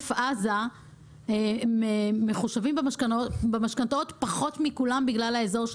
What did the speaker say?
שעוטף עזה מחושבים במשכנתאות פחות מכולם בגלל האזור.